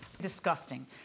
disgusting